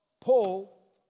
Paul